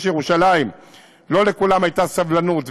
ירושלים לא לכולם הייתה סבלנות לחכות,